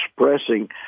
expressing